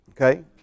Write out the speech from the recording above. Okay